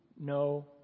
no